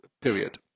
period